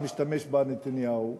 שמשתמש בה נתניהו,